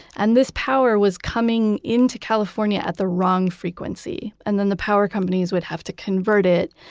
and this power was coming into california at the wrong frequency. and then, the power companies would have to convert it,